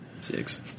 six